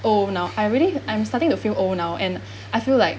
old now I really I'm starting to feel old now and I feel like